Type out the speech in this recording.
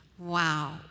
Wow